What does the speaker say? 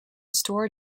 store